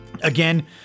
Again